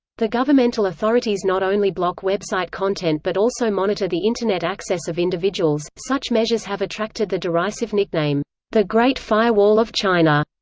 the governmental authorities not only block website content but also monitor the internet access of individuals such measures have attracted the derisive nickname the great firewall of china.